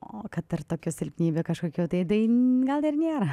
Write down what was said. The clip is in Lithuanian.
o kad ir tokių silpnybių kažkokių tai gal ir nėra